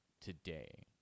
today